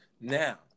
Now